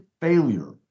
failure